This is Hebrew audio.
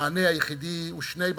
המענה היחידי הוא שני בתי-חולים.